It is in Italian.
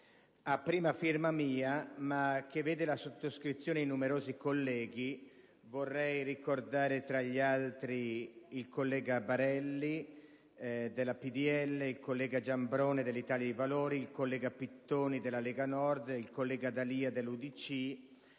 prima di tutto da me, ma è stato sottoscritto anche da numerosi altri colleghi; vorrei ricordare, tra gli altri, il collega Barelli del PdL, il collega Giambrone dell'Italia dei Valori, il collega Pittoni della Lega Nord, il collega D'Alia dell'UDC,